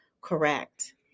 correct